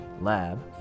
lab